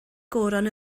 goron